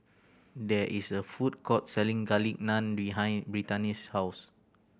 there is a food court selling Garlic Naan behind Brittany's house